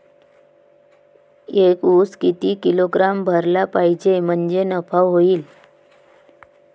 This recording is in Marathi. एक उस किती किलोग्रॅम भरला पाहिजे म्हणजे नफा होईन?